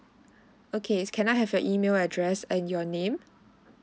okay can I have your email address and your name